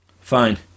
fine